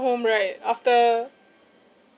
home right after